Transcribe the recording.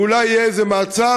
ואולי יהיה איזה מעצר,